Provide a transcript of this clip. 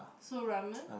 so ramen